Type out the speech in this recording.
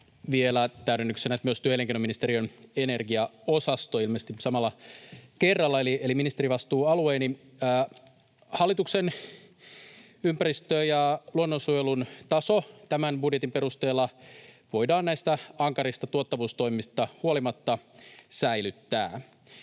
Vielä täydennyksenä: myös työ- ja elinkeinoministeriön energiaosasto ilmeisesti samalla kerralla, eli ministerivastuualueeni. Hallituksen ympäristön- ja luonnonsuojelun taso tämän budjetin perusteella voidaan näistä ankarista tuottavuustoimista huolimatta säilyttää.